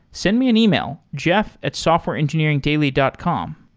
send me an email, jeff at softwareengineeringdaily dot com.